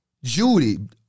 Judy